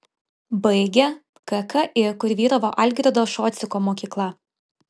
baigė kki kur vyravo algirdo šociko mokykla